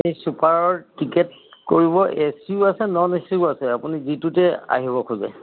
এই চুপাৰৰ টিকেট কৰিব এ চিও আছে নন এ চিও আছে আপুনি যিটোতে আহিব খোজে